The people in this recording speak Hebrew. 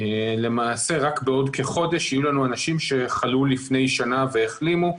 למעשה רק בעוד כחודש יהיו לנו אנשים שחלו לפני שנה והחלימו.